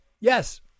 Yes